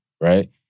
right